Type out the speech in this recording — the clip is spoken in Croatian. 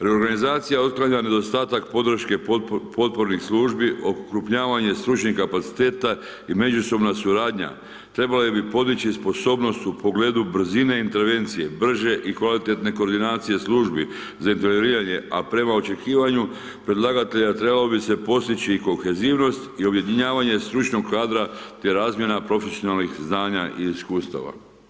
Reorganizacija otklanja nedostatak podrške potpornih službi, okrupnjavanje stručnih kapaciteta i međusobna suradnja, trebale bi podići sposobnost u pogledu brzine intervencije, brže i kvalitetne koordinacije službi za interveniranje, a prema očekivanju predlagatelja trebalo bi se postići i kohezivnost, i objedinjavanje stručnog kadra, te razmjena profesionalnih znanja i iskustava.